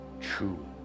True